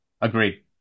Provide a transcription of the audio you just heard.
Agreed